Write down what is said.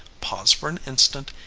paused for an instant,